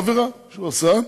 אלא עבירה שהוא עשה: